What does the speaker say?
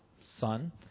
Son